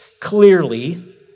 clearly